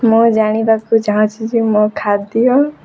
ମୁଁ ଜାଣିବାକୁ ଚାହୁଁଛି ଯେ ମୋ ଖାଦ୍ୟ